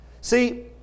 See